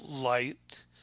light